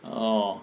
orh